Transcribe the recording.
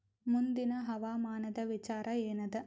ಮುಂದಿನ ಹವಾಮಾನದ ವಿಚಾರ ಏನದ?